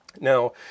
Now